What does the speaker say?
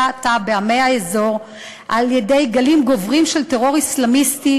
עתה בעמי האזור על-ידי גלים גוברים של טרור אסלאמיסטי,